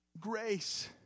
Grace